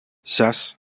zes